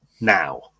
now